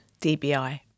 DBI